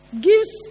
gives